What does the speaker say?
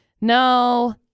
No